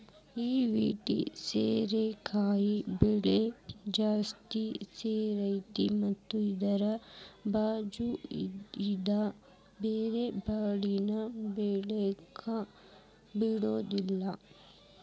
ಐವಿ ಸೋರೆಕಾಯಿ ಬಳ್ಳಿ ಜಾತಿಯ ಸೇರೈತಿ ಮತ್ತ ಅದ್ರ ಬಾಚು ಇದ್ದ ಬ್ಯಾರೆ ಬಳ್ಳಿನ ಬೆಳ್ಯಾಕ ಬಿಡುದಿಲ್ಲಾ